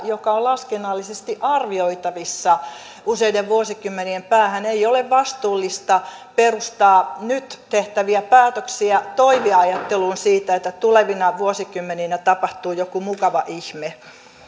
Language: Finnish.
joka on laskennallisesti arvioitavissa useiden vuosikymmenien päähän ole vastuullista perustaa nyt tehtäviä päätöksiä toiveajatteluun siitä että tulevina vuosikymmeninä tapahtuu joku mukava ihme